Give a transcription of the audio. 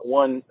one